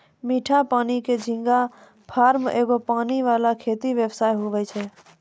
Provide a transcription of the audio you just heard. मीठा पानी के झींगा फार्म एगो पानी वाला खेती व्यवसाय हुवै छै